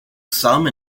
sum